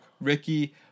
Ricky